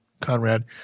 Conrad